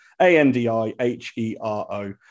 A-N-D-I-H-E-R-O